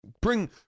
Bring